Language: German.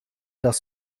das